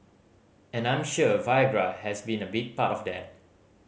and I am sure Viagra has been a big part of that